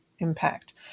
Impact